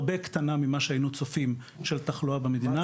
הרבה מתחת למה שהיינו צופים על תחלואה במדינה.